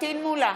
פטין מולא,